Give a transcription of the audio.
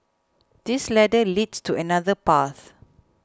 this ladder leads to another path